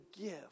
give